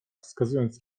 wskazując